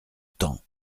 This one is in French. temps